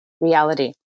reality